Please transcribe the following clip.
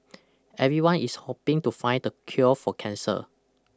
everyone is hoping to find the cure for cancer